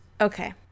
Okay